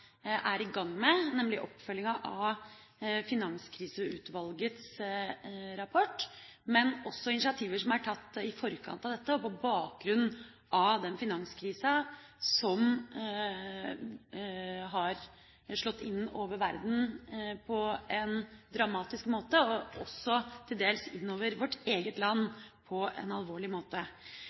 er i gang med, nemlig oppfølginga av Finanskriseutvalgets rapport, men også initiativer som er tatt i forkant av dette på bakgrunn av den finanskrisa som har slått inn over verden på en dramatisk måte, og også til dels inn over vårt eget land på en alvorlig måte.